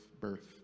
birth